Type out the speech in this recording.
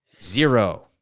Zero